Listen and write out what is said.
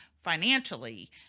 financially